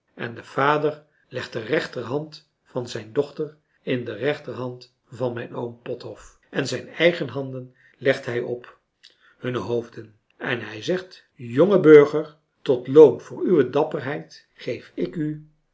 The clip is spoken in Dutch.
en de vader legt de rechterhand van zijn dochter in de rechterhand van mijn oom pothof en zijn eigen handen legt hij op françois haverschmidt familie en kennissen hunne hoofden en hij zegt jonge burger tot loon voor uwe dapperheid geef ik u